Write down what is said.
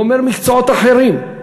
גומר מקצועות אחרים,